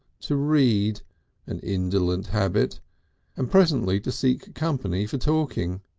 to read an indolent habit and presently to seek company for talking.